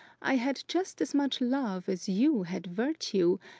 i had just as much love as you had virtue,